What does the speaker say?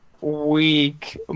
week